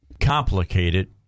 complicated